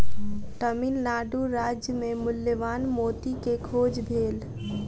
तमिल नाडु राज्य मे मूल्यवान मोती के खोज भेल